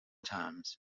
times